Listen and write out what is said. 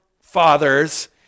fathers